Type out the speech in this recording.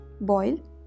boil